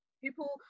people